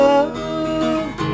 Love